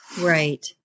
Right